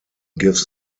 gives